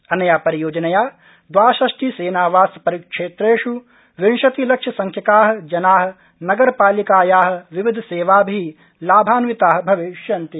अनया परियोजनया द्वाषष्टि सेनावास परिक्षेत्रेष् विंशतिलक्षसंख्याका जना नगरपालिकाया विविधसेवाभि लाभान्विता भविष्यन्ति